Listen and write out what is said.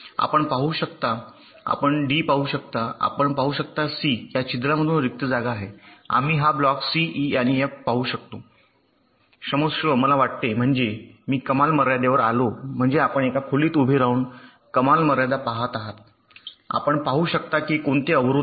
आपण पाहू शकता आपण डी पाहू शकता आपण पाहू शकता सी या छिद्रातून रिक्त जागा आहे आम्ही हा ब्लॉक सी ई आणि एफ पाहू शकतो क्षमस्व मला वाटते म्हणजे मी कमाल मर्यादेवर आलो म्हणजे आपण एका खोलीत उभे राहून कमाल मर्यादा पहात आहात आपण पाहू शकता की कोणते अवरोध आहेत